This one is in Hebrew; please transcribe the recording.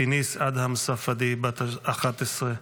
פיניס אדהם אל-ספדי, בת 11,